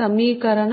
సమీకరణం